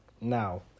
Now